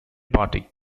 party